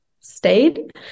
stayed